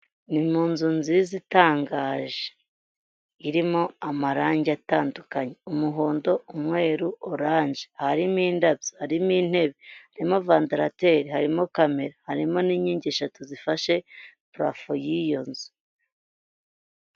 Ni mu nzu nziza itangaje irimo amarange atandukanye umuhondo, umweru, oranje, harimo indabyo, haririmo intebe, haririmo vandarateri, harimo kamera harimo n'inkingi eshatu zifashe purafo y'iyo nzu.